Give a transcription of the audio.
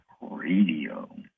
Radio